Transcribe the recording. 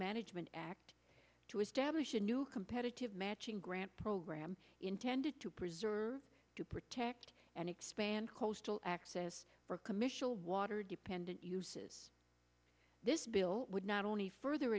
management act to establish a new competitive matching grant program intended to preserve protect and expand coastal access commish all water dependent uses this bill would not only further